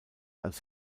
als